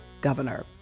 governor